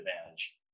advantage